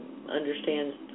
understands